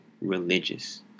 religious